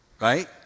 Right